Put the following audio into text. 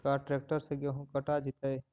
का ट्रैक्टर से गेहूं कटा जितै?